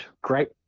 great